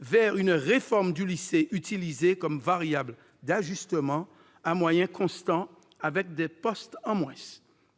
vers une réforme du lycée utilisée comme variable d'ajustement, à moyens constants et avec des postes en moins.